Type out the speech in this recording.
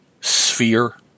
sphere